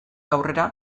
aurrera